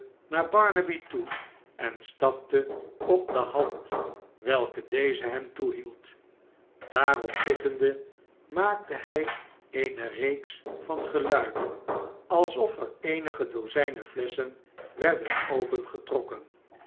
naar barnaby toe en stapte op de hand welke deze hem toehield daarop zittende maakte hij eene reeks van geluiden alsof er eenige dozijnen flesschen werden opengetrokken